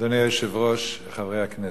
אדוני היושב-ראש, חברי הכנסת,